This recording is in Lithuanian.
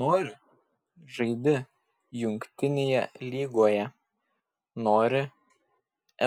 nori žaidi jungtinėje lygoje nori